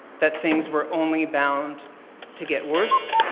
that things were only bound to get worse.